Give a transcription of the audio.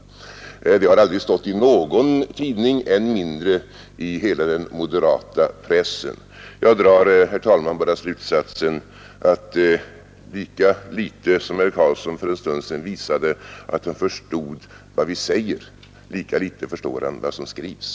Något sådant har aldrig stått i någon tidning, än mindre i hela den moderata pressen. Jag drar härav, herr talman, bara slutsatsen att lika litet som herr Karlsson förstår vad vi säger, såsom han visade för en stund sedan, lika litet förstår han vad som skrivs.